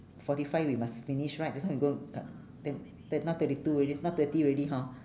forty five we must finish right just now can go th~ th~ thir~ now thirty two already now thirty already hor